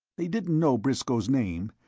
they didn't know briscoe's name,